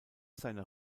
seiner